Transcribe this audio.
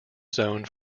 zoned